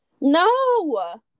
No